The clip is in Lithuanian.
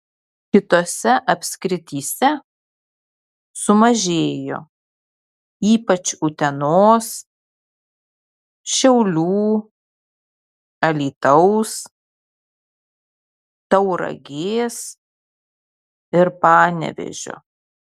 kitose apskrityse sumažėjo ypač utenos šiaulių alytaus tauragės ir panevėžio